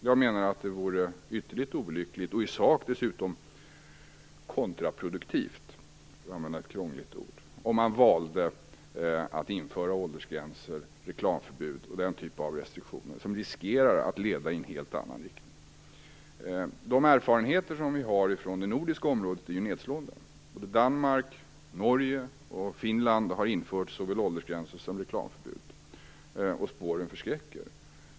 Jag menar att det vore ytterligt olyckligt och i sak dessutom kontraproduktivt, för att använda ett krångligt ord, om man valde att införa åldersgränser, reklamförbud och den typ av restriktioner som riskerar att leda i en helt annan riktning. De erfarenheter vi har från det nordiska området är nedslående. Danmark, Norge och Finland har infört såväl åldersgränser som reklamförbud, och spåren förskräcker.